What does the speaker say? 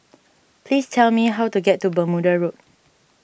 please tell me how to get to Bermuda Road